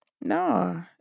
No